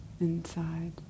inside